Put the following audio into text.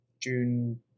June